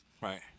Right